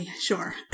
sure